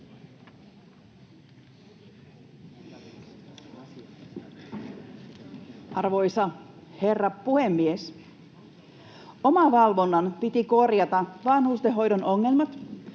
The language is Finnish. Arvoisa herra puhemies! Omavalvonnan piti korjata vanhustenhoidon ongelmat,